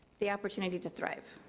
the opportunity to thrive,